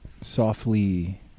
softly